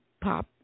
Pop